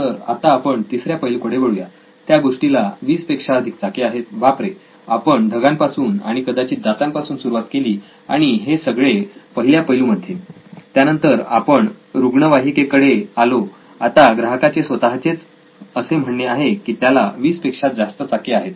तर आता आपण तिसऱ्या पैलूकडे वळूया त्या गोष्टीला 20 पेक्षा अधिक चाके आहेत बापरे आपण ढगांपासून आणि कदाचित दातांपासून सुरुवात केली आणि हे सगळे पहिल्या पैलू मध्ये त्यानंतर आपण रुग्णवाहिकेचे कडे आलो आता ग्राहकाचे स्वतःचेच म्हणणे असे आहे की त्याला 20 पेक्षा जास्त चाके आहेत